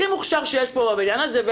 הכי מוכשר שיש פה בבניין הזה,